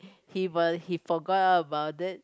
he was he forgot about it